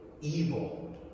evil